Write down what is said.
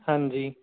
ਹਾਂਜੀ